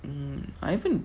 mm I haven't